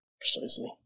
Precisely